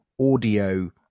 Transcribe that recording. audio